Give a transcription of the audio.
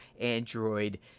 Android